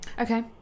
Okay